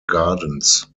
gardens